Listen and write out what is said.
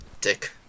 dick